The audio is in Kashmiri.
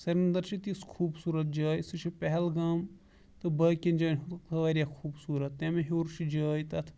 سُرِندر چھِ تِژھ خوٗبصوٗرت جاے سۄ چھِ پہلگام تہٕ باقین جاین کھۄتہٕ واریاہ خوٗبصوٗرت تَمہِ ہیٚور چھِ جاے تَتھ